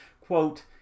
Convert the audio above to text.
Quote